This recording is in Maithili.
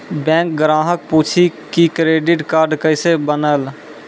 बैंक ग्राहक पुछी की क्रेडिट कार्ड केसे बनेल?